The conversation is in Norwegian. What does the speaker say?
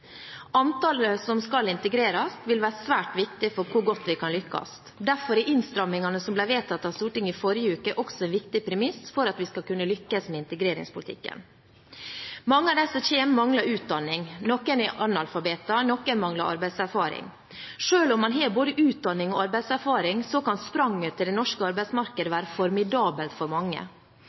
Antallet som skal integreres, vil være svært viktig for hvor godt vi kan lykkes. Derfor er innstramningene som ble vedtatt av Stortinget i forrige uke, også en viktig premiss for at vi skal kunne lykkes med integreringspolitikken. Mange av dem som kommer, mangler utdanning. Noen er analfabeter, og noen mangler arbeidserfaring. Selv om man har både utdanning og arbeidserfaring, kan spranget til det norske arbeidsmarkedet være formidabelt for mange.